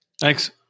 Thanks